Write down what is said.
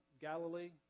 Galilee